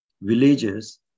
villages